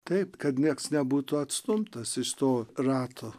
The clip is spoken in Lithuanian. taip kad nieks nebūtų atstumtas iš to rato